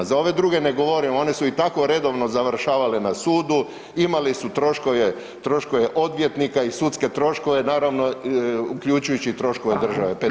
Za ove druge ne govorim, one su i tako redovno završavale na sudu, imali su troškove, troškove odvjetnika i sudske troškove naravno uključujući i troškove države PDV.